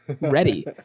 ready